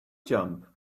jump